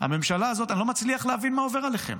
הממשלה הזאת, אני לא מצליח להבין מה עובר עליכם,